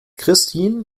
christin